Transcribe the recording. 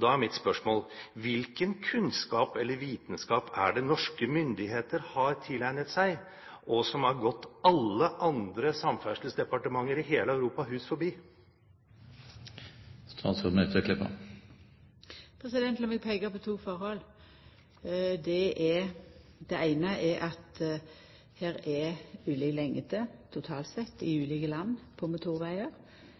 Da er mitt spørsmål: Hvilken kunnskap eller vitenskap har norske myndigheter tilegnet seg, som har gått alle andre samferdselsdepartementer i hele Europa hus forbi? Lat meg peika på to forhold. Det eine er at det er ulik lengd totalt sett på motorvegar i dei ulike landa. Men lat meg peika på